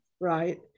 right